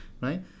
right